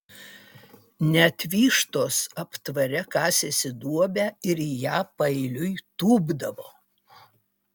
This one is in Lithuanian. net vištos aptvare kasėsi duobę ir į ją paeiliui tūpdavo